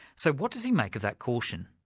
so what does he make of that caution?